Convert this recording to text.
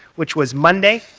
which was monday.